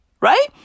right